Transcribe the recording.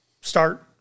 start